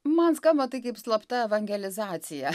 man skamba tai kaip slapta evangelizacija